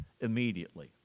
immediately